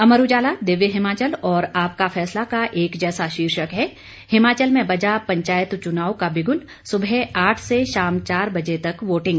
अमर उजाला दिव्य हिमाचल और आपका फैसला का एक जैसा शीर्षक है हिमाचल में बजा पंचायत चुनाव का बिगुल सुबह आठ से शाम चार बजे तक वोटिंग